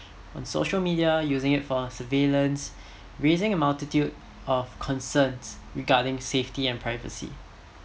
on social media using it for surveillance raising a multitude of concerns regarding safety and privacy